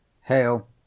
Hail